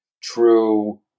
true